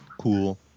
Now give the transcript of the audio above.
Cool